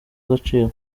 agaciro